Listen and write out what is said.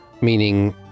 meaning